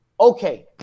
Okay